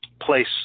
place